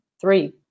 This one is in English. three